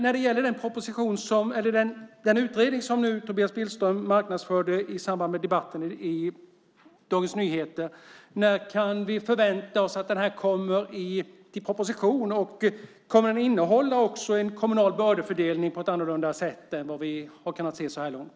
När det gäller den utredning som Tobias Billström marknadsförde i samband med debatten i Dagens Nyheter undrar jag när kan vi förvänta oss att den kommer till proposition. Och kommer den att innehålla en kommunal bördefördelning på ett annorlunda sätt än vad vi har kunnat se så här långt?